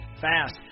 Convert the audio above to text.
fast